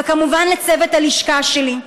וכמובן, לצוות הלשכה שלי,